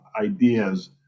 ideas